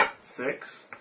Six